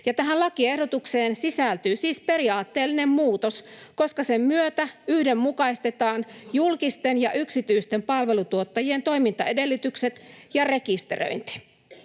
Tähän lakiehdotukseen sisältyy siis periaatteellinen muutos, koska sen myötä yhdenmukaistetaan julkisten ja yksityisten palveluntuottajien toimintaedellytykset ja rekisteröinti.